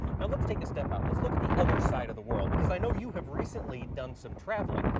now let's take a step out, let's look at the other side of the world because i know you have recently done some traveling.